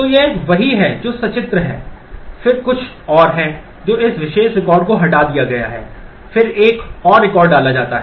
तो यह वही है जो सचित्र है फिर कुछ और हैं जो इस विशेष रिकॉर्ड को हटा दिया गया है फिर एक और रिकॉर्ड डाला जाता है